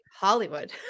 Hollywood